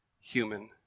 human